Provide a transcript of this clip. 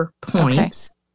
points